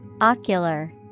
Ocular